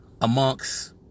amongst